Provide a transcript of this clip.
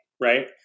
right